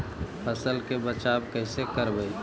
फसल के बचाब कैसे करबय?